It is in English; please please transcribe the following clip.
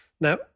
Now